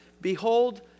Behold